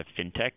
fintech